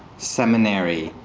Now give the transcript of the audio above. seminary,